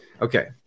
Okay